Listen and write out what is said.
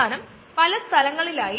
അതിനാൽ വീണ്ടും നേരായ ചിന്താഗതിയിൽ